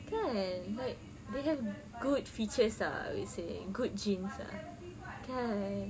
kan like they have good features ah I would say good genes kan